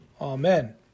Amen